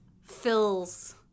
fills